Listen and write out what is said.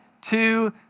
two